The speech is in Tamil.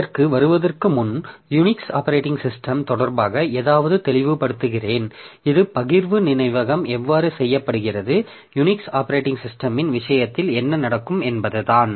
இதற்கு வருவதற்கு முன் யுனிக்ஸ் ஆப்பரேட்டிங் சிஸ்டம் தொடர்பாக ஏதாவது தெளிவுபடுத்துகிறேன் இது பகிர்வு நினைவகம் எவ்வாறு செய்யப்படுகிறது யுனிக்ஸ் ஆப்பரேட்டிங் சிஸ்டமின் விஷயத்தில் என்ன நடக்கும் என்பதுதான்